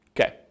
Okay